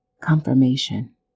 Confirmation